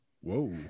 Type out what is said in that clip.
whoa